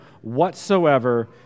whatsoever